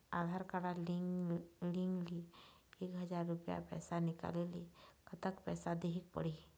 आधार card link ले एक हजार रुपया पैसा निकाले ले कतक पैसा देहेक पड़ही?